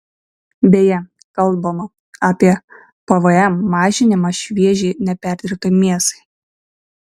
beje kalbama apie pvm mažinimą šviežiai neperdirbtai mėsai